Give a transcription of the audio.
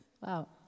Wow